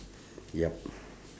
yup